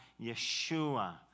Yeshua